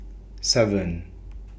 seven